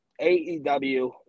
AEW